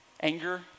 Anger